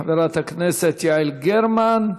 חברת הכנסת יעל גרמן.